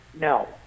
no